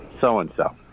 so-and-so